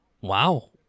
Wow